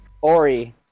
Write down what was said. Ori